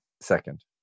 second